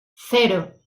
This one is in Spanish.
cero